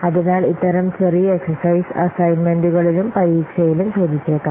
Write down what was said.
അതിനാൽ ഇത്തരം ചെറിയ എക്സെർസൈസ് അസൈൻമെന്റുകളിലും പരീക്ഷയിലും ചോദിച്ചേക്കാം